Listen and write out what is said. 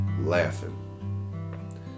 laughing